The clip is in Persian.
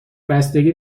بستگی